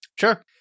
Sure